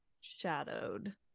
shadowed